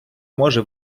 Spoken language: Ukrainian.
може